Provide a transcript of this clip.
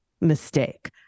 mistake